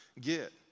get